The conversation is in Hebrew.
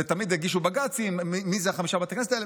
ותמיד יגישו בג"צים על מיהם חמישה בתי הכנסת האלה.